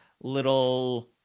little